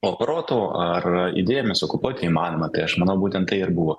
o proto ar idėjomis okupuoti įmanoma tai aš manau būtent tai ir buvo